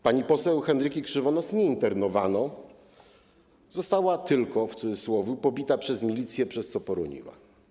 Pani poseł Henryki Krzywonos nie internowano, została, mówiąc w cudzysłowie, tylko pobita przez milicję, przez co poroniła.